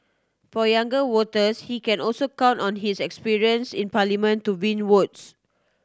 for younger voters he can also count on his experience in Parliament to win votes